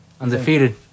Undefeated